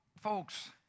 folks